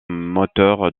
moteur